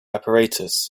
apparatus